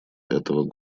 этого